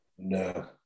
No